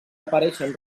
apareixen